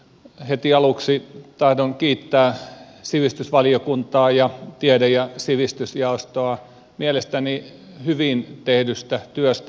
heti aluksi tahdon kiittää sivistysvaliokuntaa ja tiede ja sivistysjaostoa mielestäni hyvin tehdystä työstä